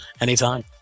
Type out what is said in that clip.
Anytime